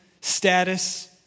status